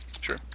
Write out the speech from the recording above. sure